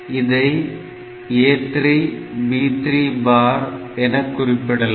இதை A3 B3 பார் என குறிப்பிடலாம்